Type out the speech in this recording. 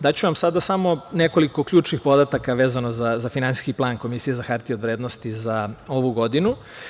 Daću vam sada samo nekoliko ključnih podataka vezano za finansijski plan Komisije za hartije od vrednosti za ovu godinu.